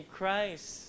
Christ